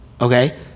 okay